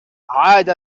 عاد